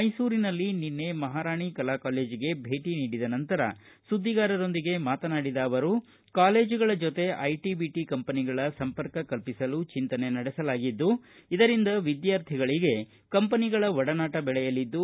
ಮೈಸೂರಿನಲ್ಲಿ ನಿನ್ನೆ ಮಹಾರಾಣಿ ಕಲಾ ಕಾಲೇಜಿಗೆ ಭೇಟ ನೀಡಿದ ನಂತರ ಸುದ್ದಿಗಾರರೊಂದಿಗೆ ಮಾತನಾಡಿದ ಅವರು ಕಾಲೇಜುಗಳ ಜೊತೆ ಐಟಿ ಬಿಟಿ ಕಂಪನಿಗಳ ಸಂಪರ್ಕ ಕಲ್ಪಿಸಲು ಚಿಂತನೆ ನಡೆಸಲಾಗಿದ್ದು ಇದರಿಂದ ವಿದ್ಯಾರ್ಥಿಗಳಿಗೆ ಕಂಪನಿಗಳ ಬಡನಾಟ ಬೆಳೆಯಲಿದ್ದು